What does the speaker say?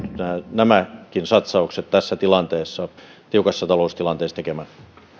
nämäkin satsaukset tässä tilanteessa tiukassa taloustilanteessa tekemään